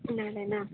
ನಾಳೆನಾ